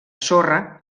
sorra